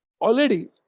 already